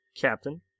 Captain